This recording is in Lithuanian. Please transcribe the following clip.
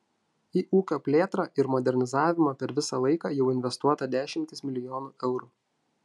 į ūkio plėtrą ir modernizavimą per visą laiką jau investuota dešimtys milijonų eurų